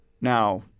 Now